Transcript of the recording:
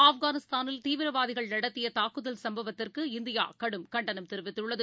ஆப்கானிஸ்தானில் தீவிரவாதிகள் நடத்தியதாக்குதல் சம்பவத்திற்கு இந்தியாகடும் கண்டனம் தெரிவித்துள்ளது